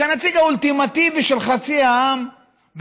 כנציג האולטימטיבי של חצי העם,